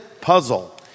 puzzle